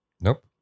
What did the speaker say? Nope